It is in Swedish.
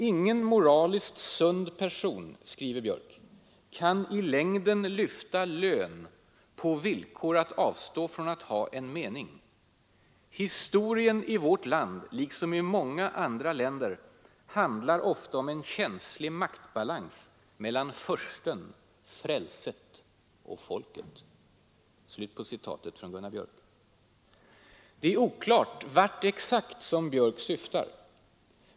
”Ingen moraliskt sund person”, skriver han, ”kan i längden lyfta lön på villkor att avstå från att ha en mening. ——— Historien i vårt land, liksom i många andra länder, handlar ofta om en känslig maktbalans mellan fursten, frälset och folket.” Det är oklart vart exakt Gunnar Biörck syftar.